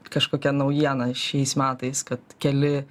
kažkokia naujiena šiais metais kad keli